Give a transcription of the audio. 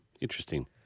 Interesting